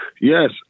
Yes